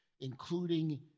including